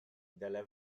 delle